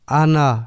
ana